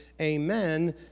Amen